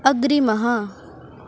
अग्रिमः